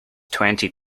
twenty